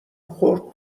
خورد